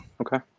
Okay